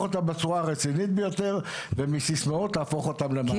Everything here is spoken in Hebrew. אותה בצורה הרצינית ביותר ומסיסמאות תהפוך אותם למעשים.